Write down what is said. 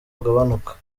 ugabanuka